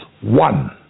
one